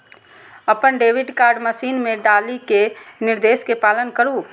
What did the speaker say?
अपन debit card machine मे डालि कें निर्देश के पालन करु